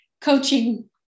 coaching